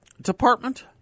Department